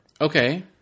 Okay